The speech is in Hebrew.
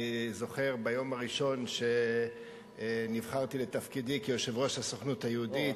אני זוכר ביום הראשון שנבחרתי לתפקידי כיושב-ראש הסוכנות היהודית,